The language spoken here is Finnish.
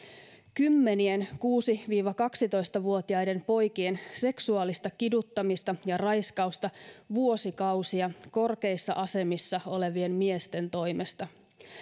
kymmenien kuusi viiva kaksitoista vuotiaiden poikien seksuaalista kiduttamista ja raiskausta vuosikausia korkeissa asemissa olevien miesten toimesta